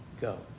go